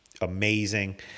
amazing